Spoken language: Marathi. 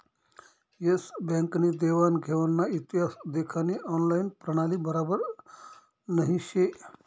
एस बँक नी देवान घेवानना इतिहास देखानी ऑनलाईन प्रणाली बराबर नही शे